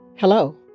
Hello